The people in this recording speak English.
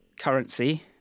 currency